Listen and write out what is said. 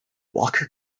walker